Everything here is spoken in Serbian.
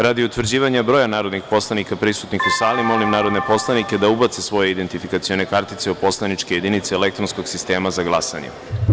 Radi utvrđivanja broja narodnih poslanika prisutnih u sali, molim narodne poslanike da ubace svoje identifikacione kartice u svoje poslaničke jedinice elektronskog sistema za glasanje.